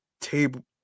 table